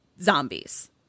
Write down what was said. zombies